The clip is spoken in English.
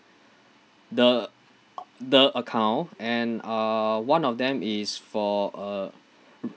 the the account and uh one of them is for uh